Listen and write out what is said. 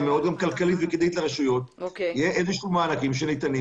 כלכלית וכדאית לרשויות יהיו מענקים שניתנים